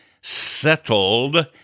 settled